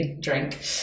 drink